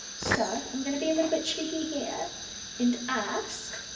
so, i'm gonna be a little bit cheeky here and ask,